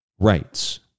Rights